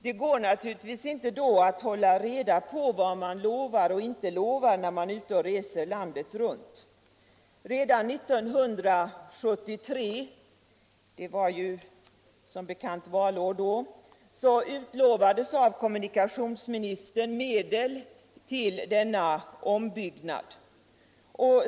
Det går naturligtvis inte att hålla reda på vad man lovar och inte lovar när man är ute och reser landet runt. Redan 1973 — det var som bekant valår då — utlovades av kommunikationsministern medel till denna ombyggnad.